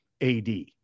AD